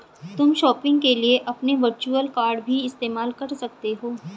तुम शॉपिंग के लिए अपने वर्चुअल कॉर्ड भी इस्तेमाल कर सकते हो